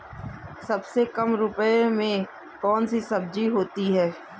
सबसे कम रुपये में कौन सी सब्जी होती है?